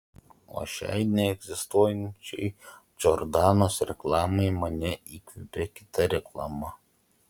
o šiai neegzistuojančiai džordanos reklamai mane įkvėpė kita reklama